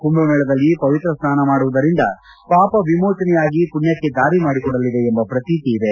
ಕುಂಭಮೇಳದಲ್ಲಿ ಪವಿತ್ರ ಸ್ನಾನ ಮಾಡುವುದರಿಂದ ಪಾಪ ವಿಮೋಚನೆಯಾಗಿ ಪುಣ್ಣಕ್ಕೆ ದಾರಿ ಮಾಡಿಕೊಡಲಿದೆ ಎಂಬ ಪ್ರತೀತಿ ಇದೆ